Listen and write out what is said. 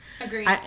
Agreed